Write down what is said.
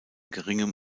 geringem